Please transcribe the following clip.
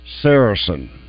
Saracen